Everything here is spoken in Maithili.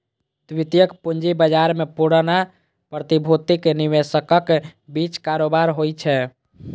द्वितीयक पूंजी बाजार मे पुरना प्रतिभूतिक निवेशकक बीच कारोबार होइ छै